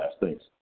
Thanks